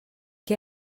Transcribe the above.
què